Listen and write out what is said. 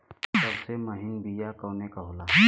सबसे महीन बिया कवने के होला?